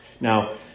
Now